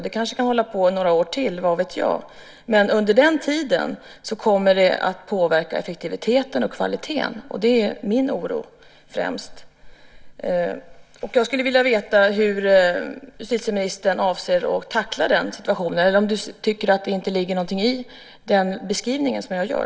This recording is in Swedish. Det kanske kan hålla på i några år till - vad vet jag? Men under den tiden kommer det att påverka effektiviteten och kvaliteten, och det är främst det som min oro gäller. Jag skulle vilja veta hur justitieministern avser att tackla den situationen. Eller tycker du inte att det ligger någonting i den beskrivning som jag gör?